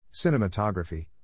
Cinematography